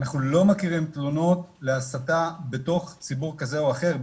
אנחנו לא מכירים תלונות להסתה בתוך ציבור כזה או אחר,